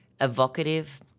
evocative